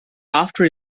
after